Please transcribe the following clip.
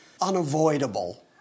unavoidable